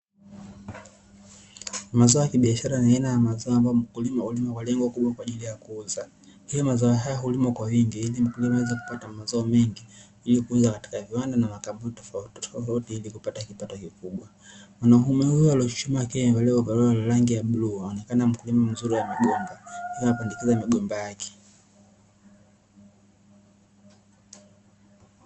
Mazao ya kibiashara ni aina ya mazao ambayo mkulima hulima kwa lengo kubwa kwa ajilii ya kuuza. Pia mazao haya hulimwa kwa wingi, ili mkulima aweze kupata mazao mengi, kwa ajili ya kuuza katika viwanda na makampuni tofautitofauti, ili kupata kipato kikubwa. Mwanaume huyo aliyechuchumaa akiwa amevalia ovaroli la rangi ya bluu, anaonekana mkulima mzuri wa migomba, akiwa anapandikiza migomba yake.